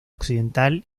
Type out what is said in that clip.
occidental